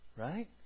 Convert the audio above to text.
right